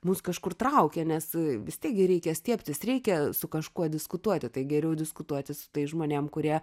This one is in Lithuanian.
mus kažkur traukia nes vis tiek gi reikia stiebtis reikia su kažkuo diskutuoti tai geriau diskutuoti su tais žmonėms kurie